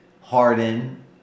Harden